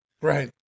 Right